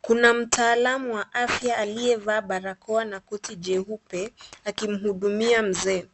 Kuna mtaalamu wa afya aliyevaa barakoa na koti jeupe, akimhudumia mzee.